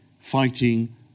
fighting